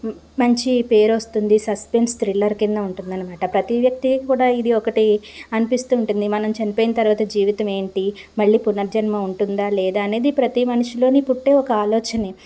మంచి పేరు వస్తుంది సస్పెన్స్ థ్రిల్లర్ కింద ఉంటుంది అనమాట ప్రతి వ్యక్తి కూడా ఇది ఒకటే అనిపిస్తుంటుంది మనం చనిపోయిన తర్వాత జీవితం ఏంటి మళ్లీ పునర్జన్మ ఉంటుందా లేదా అనేది ప్రతి మనిషిలోని పుట్టే ఒక ఆలోచన